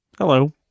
Hello